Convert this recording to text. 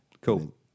Cool